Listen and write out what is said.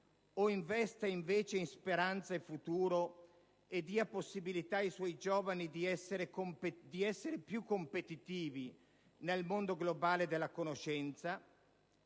o investa invece in speranza e futuro e dia possibilità ai suoi giovani di essere più competitivi nel mondo globale della conoscenza?